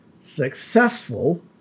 successful